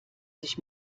sich